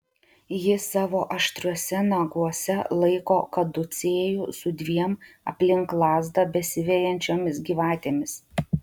ji savo aštriuose naguose laiko kaducėjų su dviem aplink lazdą besivejančiomis gyvatėmis